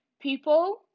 people